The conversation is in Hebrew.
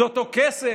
זה אותו כסף?